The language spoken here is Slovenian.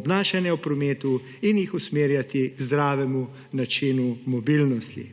obnašanja v prometu in jih usmerjati k zdravemu načinu mobilnosti.